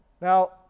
Now